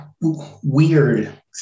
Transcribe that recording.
weird